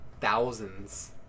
thousands